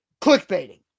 clickbaiting